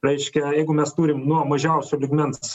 reiškia jeigu mes turim nuo mažiausio lygmens